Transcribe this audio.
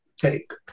take